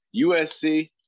USC